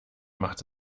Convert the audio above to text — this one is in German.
macht